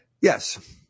Yes